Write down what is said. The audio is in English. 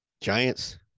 Giants